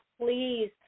please